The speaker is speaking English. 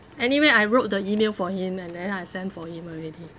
anyway I wrote the email for him and then I send for him already